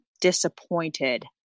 disappointed